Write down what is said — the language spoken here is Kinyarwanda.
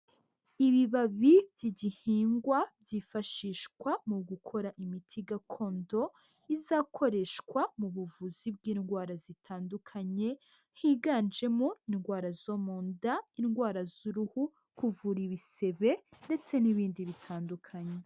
Ibibabi by'igihingwa byifashishwa mu gukora imiti gakondo izakoreshwa mu buvuzi bw'indwara zitandukanye higanjemo indwara zo mu nda, indwara z'uruhu, kuvura ibisebe ndetse n'ibindi bitandukanye.